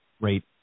rate